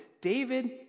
David